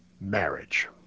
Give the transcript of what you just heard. marriage